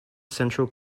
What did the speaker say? central